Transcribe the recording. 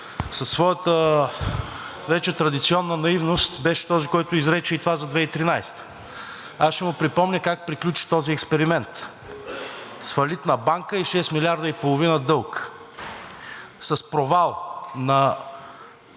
със своята вече традиционна наивност беше този, който изрече и това за 2013-а. Аз ще му припомня как приключи този експеримент – с фалит на банка и шест милиарда и половина дълг, с провал на